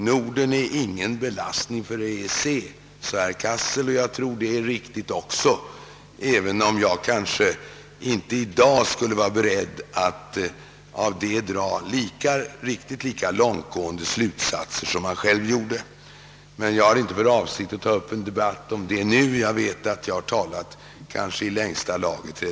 Norden blir ingen belastning för EEC, sade herr Cassel, och jag tror att också det är riktigt, även om jag kanske inte i dag skulle vara beredd att dra riktigt lika långtgående slutsatser som han själv gjorde. Men jag har inte för avsikt att nu ta upp en debatt om det; jag vet att jag redan talat i längsta laget.